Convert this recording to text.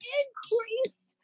increased